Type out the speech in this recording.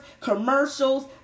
commercials